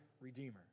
redeemer